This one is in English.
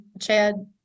Chad